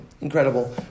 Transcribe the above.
Incredible